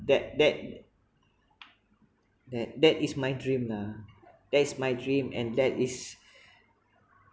that that that that is my dream lah that is my dream and that is